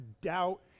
doubt